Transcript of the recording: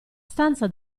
stanza